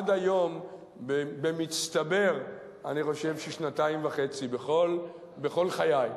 עד היום, במצטבר, אני חושב ששנתיים וחצי, בכל חיי,